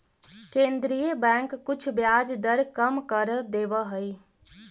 केन्द्रीय बैंक कुछ ब्याज दर कम कर देवऽ हइ